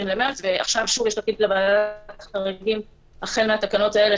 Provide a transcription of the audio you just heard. עכשיו שוב יש תפקיד לוועדת החריגים על פי התקנות האלה,